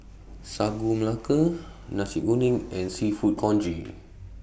Sagu Melaka Nasi Kuning and Seafood Congee